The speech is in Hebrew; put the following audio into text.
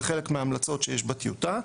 זה חלק מההמלצות שיש בטיוטה.